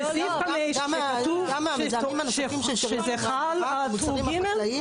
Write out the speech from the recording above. גם המזהמים הנוספים --- במוצרים החקלאיים?